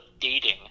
dating